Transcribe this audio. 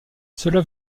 cela